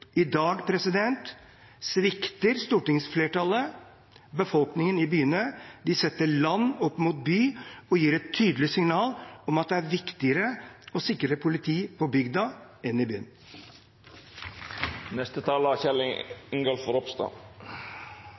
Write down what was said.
I dag svikter stortingsflertallet befolkningen i byene. De setter land opp mot by og gir et tydelig signal om at det er viktigere å sikre politi på bygda enn i